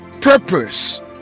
purpose